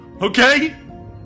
okay